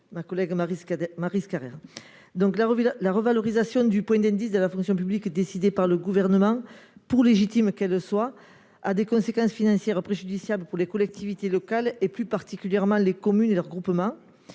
ma collègue Maryse Carrère. La revalorisation du point d'indice de la fonction publique décidée par le Gouvernement, pour légitime qu'elle soit, a des conséquences financières préjudiciables pour les collectivités locales, plus particulièrement les communes et leurs groupements.